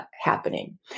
happening